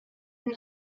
been